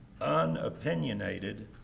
unopinionated